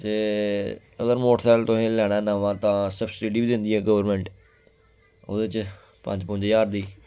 ते अगर मोटरसैकल तुसें लैना नमां तां सब्सिडी बी दिंदी ऐ गौरमैंट ओह्दे च पंज पुंज ज्हार दी